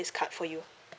this card for you